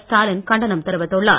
ஸ்டாலின் கண்டனம் தெரிவித்துள்ளார்